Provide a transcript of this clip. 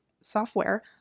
software